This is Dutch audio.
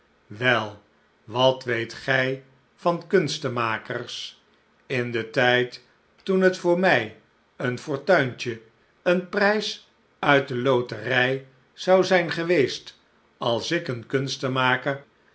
wel wat weet gij van kunstenmakers in den tijd toen het voor mij een fortuintje een prijs uit de loterij zou zijn geweest als ik een kunstenmaker